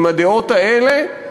עם הדעות האלה,